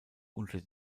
unter